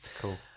cool